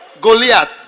Goliath